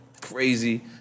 crazy